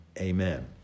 Amen